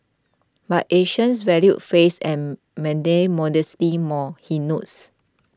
but Asians value face and mandate modesty more he notes